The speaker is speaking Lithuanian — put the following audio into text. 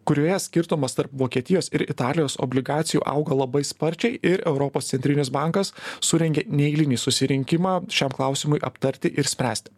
kurioje skirtumas tarp vokietijos ir italijos obligacijų auga labai sparčiai ir europos centrinis bankas surengė neeilinį susirinkimą šiam klausimui aptarti ir spręst